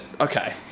okay